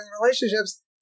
relationships